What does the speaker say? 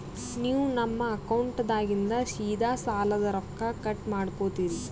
ನೀವು ನಮ್ಮ ಅಕೌಂಟದಾಗಿಂದ ಸೀದಾ ಸಾಲದ ರೊಕ್ಕ ಕಟ್ ಮಾಡ್ಕೋತೀರಿ?